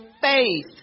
faith